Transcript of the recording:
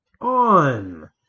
on